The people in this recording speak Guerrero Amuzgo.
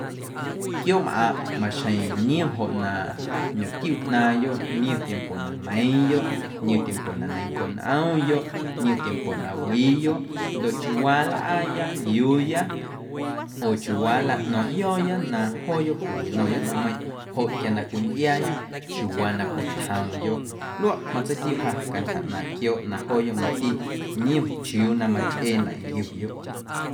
Quiooꞌmꞌaⁿꞌ maxjeⁿ niom joꞌ na ñomtiu ꞌnaaⁿyoꞌ niom tiempo na neiiⁿyoꞌ, niom tiempo na neiⁿnco nꞌomyoꞌ, niom tiempo na wiiyoꞌ ndoꞌ chiuuwaa nlꞌaaya nliuuya oo chiuuwaa nlaꞌno̱o̱ⁿꞌyo̱o̱ya na jooyoꞌ cwiwinomyoꞌ ꞌnaⁿmeiⁿꞌ joꞌ quia na cwintꞌiaaya chiuuwaa na cwitjoomyoꞌ luaꞌ matseitiu a cantyja ꞌnaaⁿ quiooꞌ na jooyoꞌ mati niom chiuu na machꞌeenaꞌ nquiuyoꞌ.